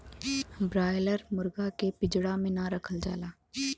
broiler मुरगा के पिजड़ा में ना रखल जाला